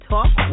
Talk